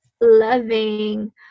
loving